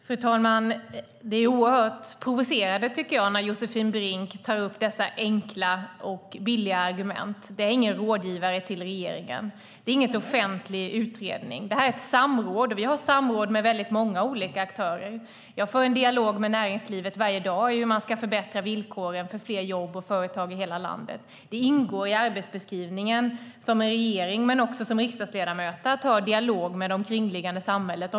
Fru talman! Jag tycker att det är oerhört provocerande när Josefin Brink använder dessa enkla och billiga argument. Det är ingen rådgivare till regeringen. Det är ingen offentlig utredning. Det här är ett samråd. Vi har samråd med väldigt många olika aktörer. Jag för en dialog med näringslivet varje dag om hur man ska förbättra villkoren för fler jobb och företag i hela landet. Det ingår i arbetsbeskrivningen för en regering, och också för riksdagsledamöter, att ha dialog med det omkringliggande samhället.